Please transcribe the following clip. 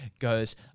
goes